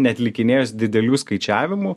neatlikinėjus didelių skaičiavimų